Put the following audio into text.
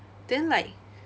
then like